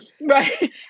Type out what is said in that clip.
Right